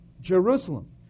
Jerusalem